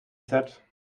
said